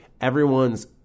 everyone's